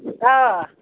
آ